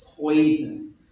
poison